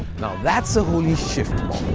now that's a holy shift